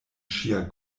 ŝia